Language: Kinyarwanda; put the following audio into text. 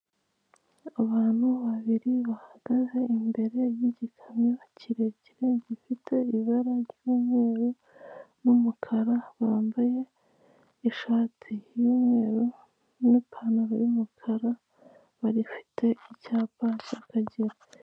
Abantu babiri bahagaze imbere y'igikamyo kirekire gifite ibara ry'umweru n'umukara, bambaye ishati y'umweru n'ipantaro y'umukara bafite icyapa cy'akagera.